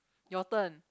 your turn